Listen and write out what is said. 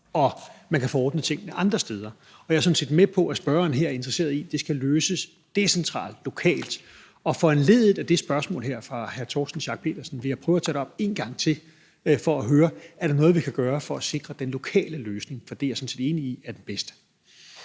om man kan få ordnet tingene andre steder. Jeg er sådan set med på, at spørgeren her er interesseret i, at det skal løses decentralt, lokalt, og foranlediget af det her spørgsmål fra hr. Torsten Schack Pedersen vil jeg prøve at tage det op en gang til for at høre, om der er noget, vi kan gøre for at sikre den lokale løsning. For det er jeg sådan set enig i er den bedste.